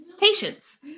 Patience